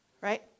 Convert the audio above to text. Right